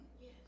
Yes